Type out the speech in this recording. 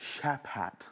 Shaphat